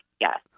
yes